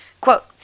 Quote